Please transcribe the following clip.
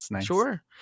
Sure